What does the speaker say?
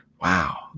wow